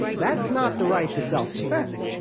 that's not the right to self-defense.